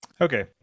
Okay